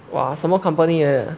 哇什么 company 来的